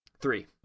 Three